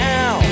Now